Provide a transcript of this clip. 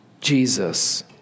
Jesus